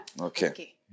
Okay